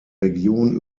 region